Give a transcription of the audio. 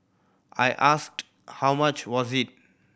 I asked how much was it